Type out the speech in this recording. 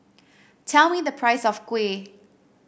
tell me the price of kuih